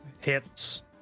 Hits